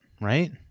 right